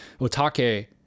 Otake